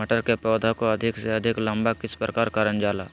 मटर के पौधा को अधिक से अधिक लंबा किस प्रकार कारण जाला?